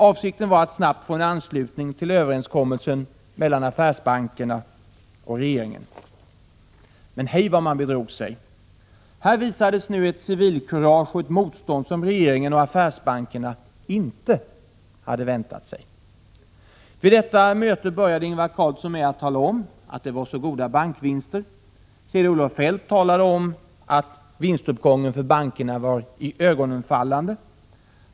Avsikten var att snabbt få en anslutning till överenskommelsen mellan affärsbankerna och regeringen. Men hej vad man bedrog sig! Här visades nu ett civilkurage och ett motstånd som regeringen och affärsbankerna inte hade väntat sig. Vid detta möte började Ingvar Carlsson med att tala om att det var så goda bankvinster. Kjell-Olof Feldt talade om att vinstuppgången för bankerna var iögonenfallande.